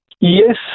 Yes